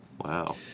Wow